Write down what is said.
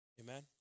Amen